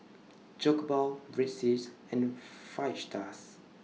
Jokbal Breadsticks and Fajitas